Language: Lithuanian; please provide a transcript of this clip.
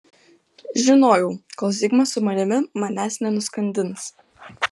žinojau kol zigmas su manimi manęs nenuskandins